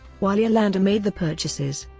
while yolanda made the purchases,